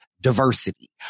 diversity